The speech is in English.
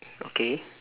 okay